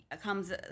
comes